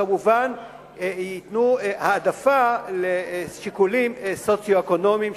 כמובן ייתנו העדפה לשיקולים סוציו-אקונומיים,